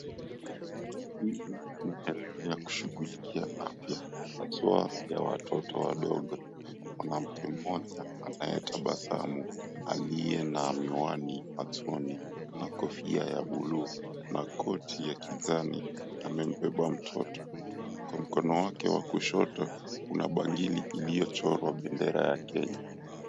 Hili ni eneo la kushughulikia afya haswa ya watoto wadogo. Mwanamke mmoja anayetabasamu aliye na miwani machoni na kofia ya buluu na koti ya kijani amembeba mtoto kwa mkono wake wa kushoto una bangili iliyochorwa bendera ya Kenya.